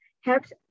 helps